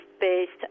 based